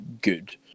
good